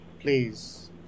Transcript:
Please